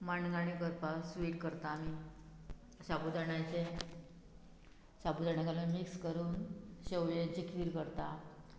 मणगाणे करपाक स्वीट करता आमी शाबू दाणाचे शाबू दाण जाल्यार मिक्स करून शेवयांचे खीर करता